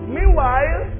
Meanwhile